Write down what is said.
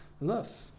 love